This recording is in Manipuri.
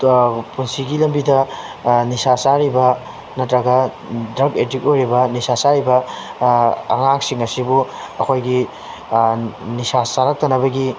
ꯄꯨꯟꯁꯤꯒꯤ ꯂꯝꯕꯤꯗ ꯅꯤꯁꯥ ꯆꯥꯔꯤꯕ ꯅꯠꯇ꯭ꯔꯒ ꯗ꯭ꯔꯒ ꯑꯦꯗꯤꯛ ꯑꯣꯏꯔꯤꯕ ꯅꯤꯁꯥ ꯆꯥꯔꯤꯕ ꯑꯉꯥꯡꯁꯤꯡ ꯑꯁꯤꯕꯨ ꯑꯩꯈꯣꯏꯒꯤ ꯅꯤꯁꯥ ꯆꯥꯔꯛꯇꯅꯕꯒꯤ